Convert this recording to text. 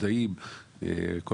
הייתי ראש רשות ששילם את זה.